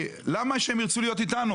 למה שהם ירצו להיות אתנו?